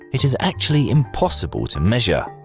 it is actually impossible to measure,